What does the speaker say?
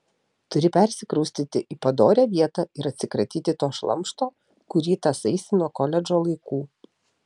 turi persikraustyti į padorią vietą ir atsikratyti to šlamšto kurį tąsaisi nuo koledžo laikų